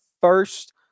first